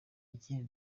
ikindi